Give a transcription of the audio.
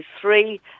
three